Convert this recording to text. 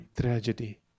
tragedy